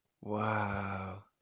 Wow